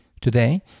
Today